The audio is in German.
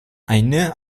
eine